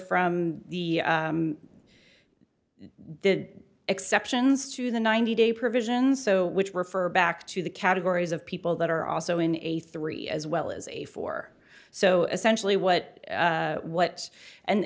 from the the exceptions to the ninety day provisions so which refer back to the categories of people that are also in a three as well as a four so essentially what what and